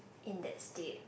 in that state